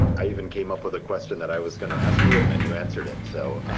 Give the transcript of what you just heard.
i even came up with a question that i was going ah ask you and then you answered it. so